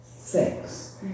sex